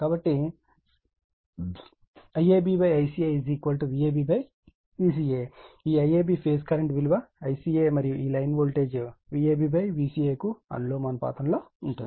కాబట్టి IABICAVabVca ఈ IAB phase current విలువ ICA మరియు ఈ లైన్ వోల్టేజ్ Vab Vca కు అనులోమానుపాతంలో ఉంటుంది